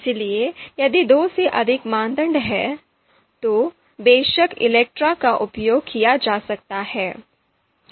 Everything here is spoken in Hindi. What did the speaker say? इसलिए यदि दो से अधिक मानदंड हैं तो बेशक इलेक्ट्रा का उपयोग किया जा सकता है